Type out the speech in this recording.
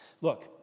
Look